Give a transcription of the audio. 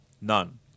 None